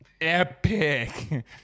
epic